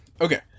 Okay